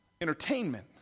entertainment